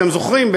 אתם בטח זוכרים.